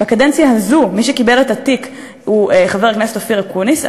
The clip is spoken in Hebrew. בקדנציה הזאת מי שקיבל את התיק הוא חבר הכנסת אופיר אקוניס.